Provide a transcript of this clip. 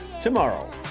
tomorrow